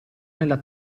nella